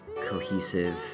cohesive